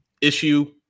issue